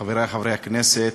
חברי חברי הכנסת,